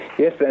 Yes